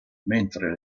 mentre